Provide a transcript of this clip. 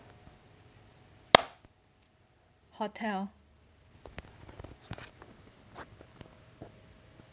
hotel